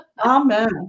Amen